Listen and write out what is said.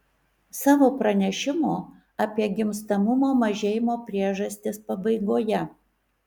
savo pranešimo apie gimstamumo mažėjimo priežastis pabaigoje